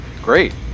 great